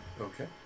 Okay